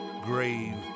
grave